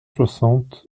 soixante